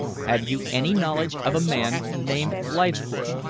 have you any knowledge of a man named leithcourt?